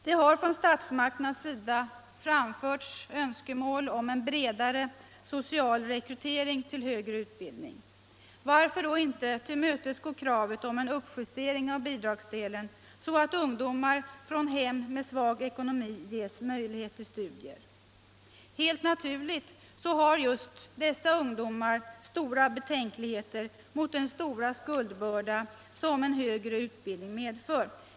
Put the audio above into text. Det har från statsmakternas sida framförts önskemål om en bredare social rekrytering till högre utbildning. Varför då inte tillmötesgå kravet om en uppjustering av bidragsdelen så att ungdomar från hem med svag ekonomi får möjlighet till studier? Helt naturligt har just dessa ungdomar stora betänkligheter mot den stora skuldbörda som en högre utbildning medför.